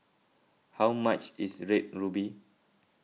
how much is Red Ruby